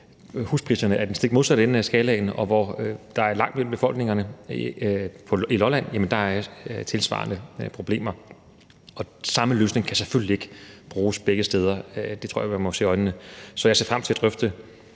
huspriserne ligger i den stik modsatte ende af skalaen, og hvor der er langt mellem befolkningerne, f.eks. på Lolland; der er tilsvarende problemer. Og samme løsning kan selvfølgelig ikke bruges begge steder – det tror jeg man må se i øjnene. Så jeg ser frem til at drøfte